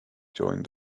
joined